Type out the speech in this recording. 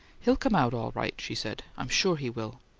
he'll come out all right, she said. i'm sure he will.